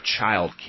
childcare